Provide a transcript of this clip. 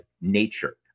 nature